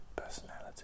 personality